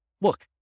look